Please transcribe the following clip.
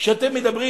כשאתם מדברים